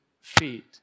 feet